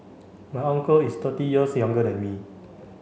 my uncle is thirty years younger than me